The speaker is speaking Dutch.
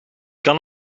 kan